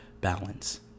balance